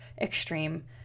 extreme